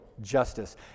justice